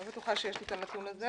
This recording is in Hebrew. אני לא בטוחה שיש לי את הנתון הזה,